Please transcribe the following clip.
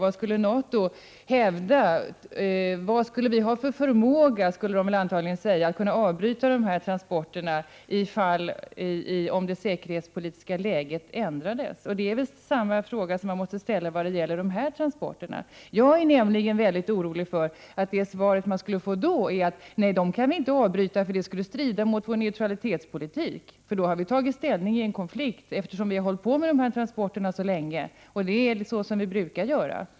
NATO skulle väl antagligen fråga sig vad vi skulle ha för förmåga att avbryta de transporterna om det säkerhetspolitiska läget ändrades. Den frågan måste man väl ställa också när det gäller de här transporterna. Jag är nämligen mycket orolig för att det svar man då skulle få vore: Nej, dem kan vi inte avbryta — det skulle strida mot vår neutralitetspolitik. I så fall tar vi ställning i en konflikt, eftersom de här transporterna har pågått så länge.